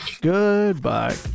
goodbye